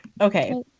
Okay